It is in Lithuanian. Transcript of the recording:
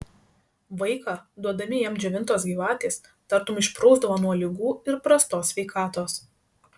vaiką duodami jam džiovintos gyvatės tartum išprausdavo nuo ligų ir prastos sveikatos